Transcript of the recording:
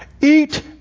Eat